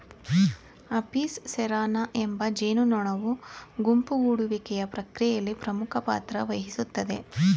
Apis ಸೆರಾನಾ ಎಂಬ ಜೇನುನೊಣವು ಗುಂಪು ಗೂಡುವಿಕೆಯ ಪ್ರಕ್ರಿಯೆಯಲ್ಲಿ ಪ್ರಮುಖ ಪಾತ್ರವಹಿಸ್ತದೆ